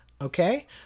okay